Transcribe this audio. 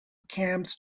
camps